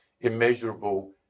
immeasurable